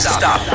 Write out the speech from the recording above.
stop